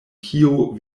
kio